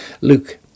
Luke